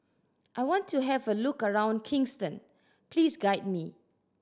I want to have a look around Kingston please guide me